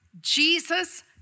Jesus